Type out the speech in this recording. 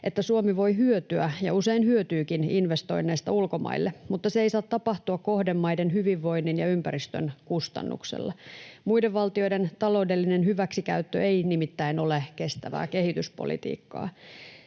että Suomi voi hyötyä ja usein hyötyykin investoinneista ulkomaille, mutta se ei saa tapahtua kohdemaiden hyvinvoinnin ja ympäristön kustannuksella. Muiden valtioiden taloudellinen hyväksikäyttö ei nimittäin ole kestävää kehityspolitiikkaa.